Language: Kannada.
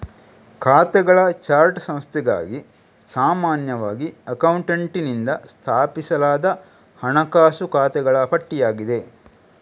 ಖಾತೆಗಳ ಚಾರ್ಟ್ ಸಂಸ್ಥೆಗಾಗಿ ಸಾಮಾನ್ಯವಾಗಿ ಅಕೌಂಟೆಂಟಿನಿಂದ ಸ್ಥಾಪಿಸಲಾದ ಹಣಕಾಸು ಖಾತೆಗಳ ಪಟ್ಟಿಯಾಗಿದೆ